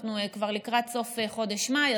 אנחנו כבר לקראת סוף חודש מאי,